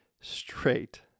straight